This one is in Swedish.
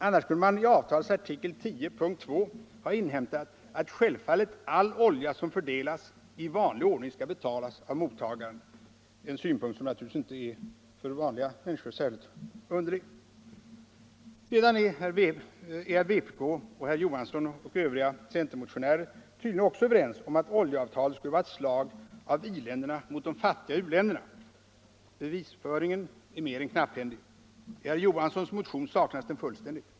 Annars kunde man i avtalets artikel 10 punkten 2 ha inhämtat att självfallet all olja som fördelas i vanlig ordning skall betalas av mottagaren — en synpunkt som naturligtvis för vanliga människor inte är särskilt underlig. Sedan är vpk och herr Olof Johansson i Stockholm samt övriga centermotionärer tydligen också överens om att oljeavtalet skulle vara ett slag av i-länderna mot de fattiga u-länderna. Bevisföringen är mer än knapphändig. I herr Johanssons motion saknas den fullständigt.